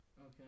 Okay